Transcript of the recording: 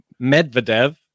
Medvedev